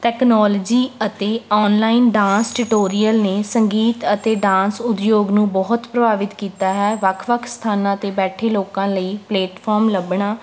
technology ਅਤੇ online dance tutorial ਨੇ ਸੰਗੀਤ ਅਤੇ ਡਾਂਸ ਉਦਯੋਗ ਨੂੰ ਬਹੁਤ ਪ੍ਰਭਾਵਿਤ ਕੀਤਾ ਹੈ ਵੱਖ ਵੱਖ ਸਥਾਨਾਂ 'ਤੇ ਬੈਠੇ ਲੋਕਾਂ ਲਈ ਪਲੇਟਫਾਰਮ ਲੱਭਣਾ